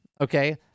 okay